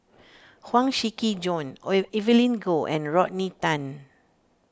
Huang Shiqi Joan Evelyn Goh and Rodney Tan